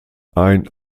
ein